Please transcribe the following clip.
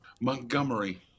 Montgomery